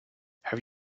have